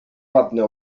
ładny